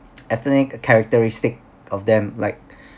ethnic characteristic of them like